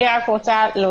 קרי מצד אחד,